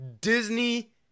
Disney